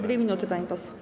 2 minuty, pani poseł.